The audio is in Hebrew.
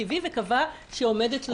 אם הוא מקבל כסף תמורת העברת החוק אז יש